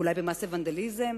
אולי במעשי וונדליזם,